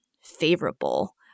favorable